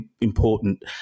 important